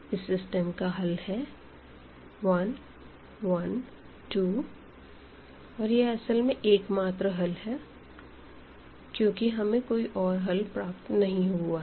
इस सिस्टम का हल है 1 1 2 और यह असल में एकमात्र हल है क्यूँकि हमें कोई और हल प्राप्त नहीं हुआ है